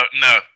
No